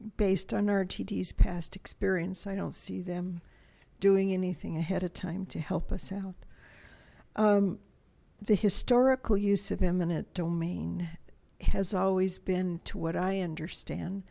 based on our t ds past experience i don't see them doing anything ahead of time to help us out the historical use of eminent domain has always been to what i understand